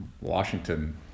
Washington